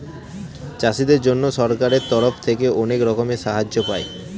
চাষীদের জন্য সরকারের তরফ থেকে অনেক রকমের সাহায্য পায়